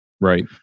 Right